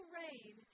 rain